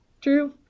true